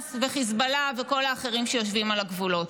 חמאס וחיזבאללה וכל האחרים שיושבים על הגבולות?